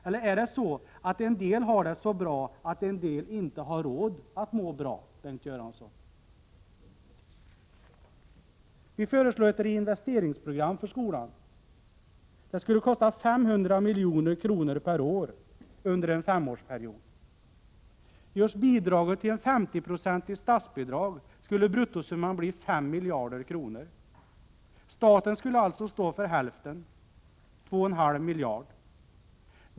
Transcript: Eller har en del det så bra att andra inte har råd att må bra, Bengt Göransson? Vi föreslår ett reinvesteringsprogram för skolan. Det skulle kosta 500 milj.kr. per år under em femårsperiod. Görs bidraget till ett femtioprocentigt statsbidrag skulle bruttosumman bli 5 miljarder kronor. Staten skulle alltså stå för hälften, dvs. 2,5 miljarder.